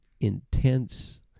intense